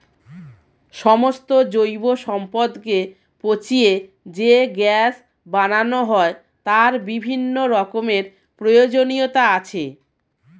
সমস্ত জৈব সম্পদকে পচিয়ে যে গ্যাস বানানো হয় তার বিভিন্ন রকমের প্রয়োজনীয়তা আছে